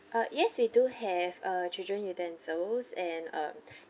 uh yes we do have uh children utensils and um